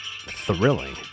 thrilling